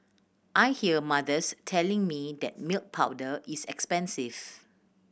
I hear mothers telling me that milk powder is expensive